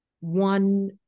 one